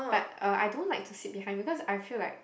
but uh I don't like to sit behind because I feel like